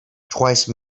twice